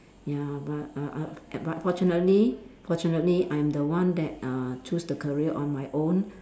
ya but uh uh uh but fortunately fortunately I'm the one that uh choose the career on my own